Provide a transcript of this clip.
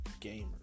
gamers